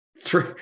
three